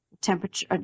temperature